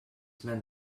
meant